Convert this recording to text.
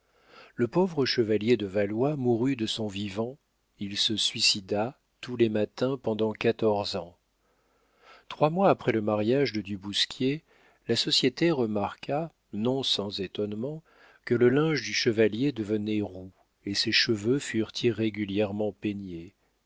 le pauvre chevalier de valois mourut de son vivant il se suicida tous les matins pendant quatorze ans trois mois après le mariage de du bousquier la société remarqua non sans étonnement que le linge du chevalier devenait roux et ses cheveux furent irrégulièrement peignés